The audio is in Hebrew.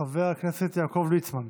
חבר הכנסת יעקב ליצמן,